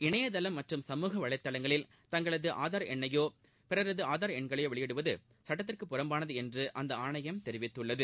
இணையதளம் மற்றும் சமூக வலைதளங்களில் தங்களது ஆதார் எண்ணையோ பிறரது ஆதார் எண்களையோ வெளியிடுவது சுட்டத்திற்குப் புறம்பானது என்று அந்த ஆணையம் தெரிவித்துள்ளது